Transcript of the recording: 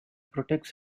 protects